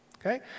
Okay